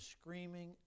screaming